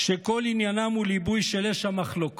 שכל עניינם הוא ליבוי של אש המחלוקות?